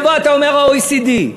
אתה אומר, ה-OECD.